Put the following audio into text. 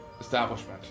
establishment